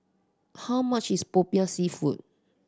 how much is Popiah Seafood